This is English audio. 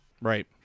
Right